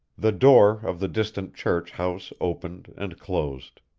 the door of the distant church house opened and closed.